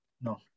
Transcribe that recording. No